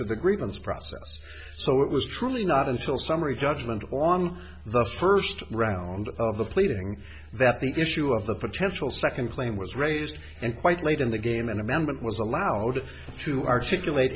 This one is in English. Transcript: to the grievance process so it was truly not until summary judgment on the first round of the pleading that the issue of the potential second claim was raised and quite late in the game an amendment was allowed to articulate